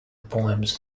poems